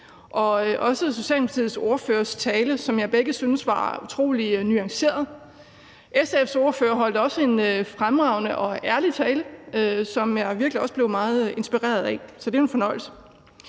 og Socialdemokratiets ordfører for deres taler, som jeg i begge tilfælde synes var utrolig nuancerede. SF's ordfører holdt også en fremragende og ærlig tale, som jeg virkelig også blev meget inspireret af. Så det er jo en fornøjelse.